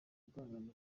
atangaza